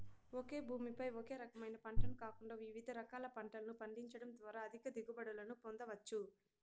ఒకే భూమి పై ఒకే రకమైన పంటను కాకుండా వివిధ రకాల పంటలను పండించడం ద్వారా అధిక దిగుబడులను పొందవచ్చు